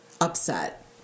upset